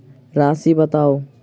राशि बताउ